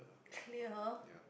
clear